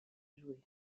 jouer